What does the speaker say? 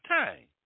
time